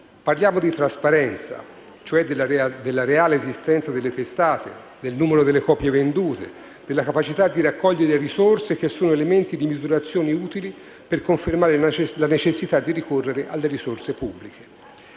parliamo di trasparenza, cioè della reale esistenza delle testate, del numero delle copie vendute, della capacità di raccogliere risorse, che sono elementi di misurazione utili per confermare la necessità di ricorrere alle risorse pubbliche.